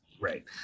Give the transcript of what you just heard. Right